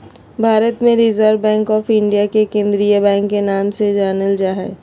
भारत मे Reserve Bank of India के केंद्रीय बैंक के नाम से जानल जा हय